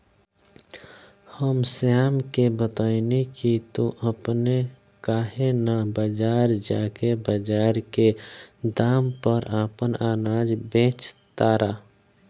हम श्याम के बतएनी की तू अपने काहे ना बजार जा के बजार के दाम पर आपन अनाज बेच तारा